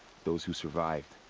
those who survived.